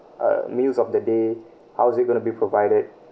uh meals of the day how is it gonna be provided